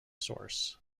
source